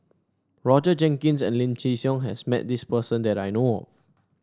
Roger Jenkins and Lim Chin Siong has met this person that I know of